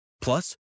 Plus